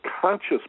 conscious